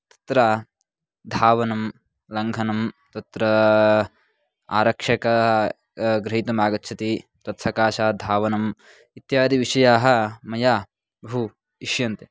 तत्र धावनं लङ्घनं तत्र आरक्षकाः गृहीतुमागच्छन्ति तत् सकाशाद्धावनम् इत्यादिविषयाः मया बहु इष्यन्ते